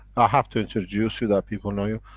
i have to introduce you that people know you.